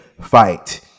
fight